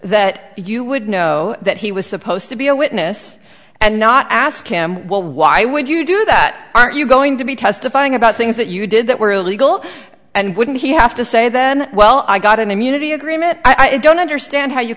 that you would know that he was supposed to be a witness and not ask him why would you do that are you going to be testifying about things that you did that were illegal and wouldn't he have to say then well i got an immunity agreement i don't understand how you